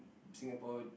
Singapore